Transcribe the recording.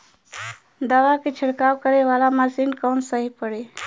दवा के छिड़काव करे वाला मशीन कवन सही पड़ी?